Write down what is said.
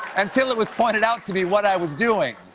until it was pointed out to me what i was doing.